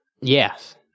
Yes